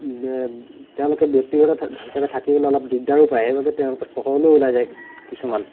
তেওঁলোকে ব্যক্তিগত থাকিবলৈ অলপ দিগদাৰো পায় সেইবাবে তেওঁলোকে চহৰলৈ ওলায় যায় কিছুমান